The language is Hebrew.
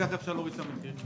כך אפשר להוריד את המחיר.